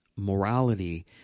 Morality